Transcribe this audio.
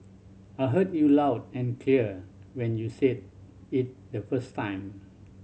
I heard you loud and clear when you said it the first time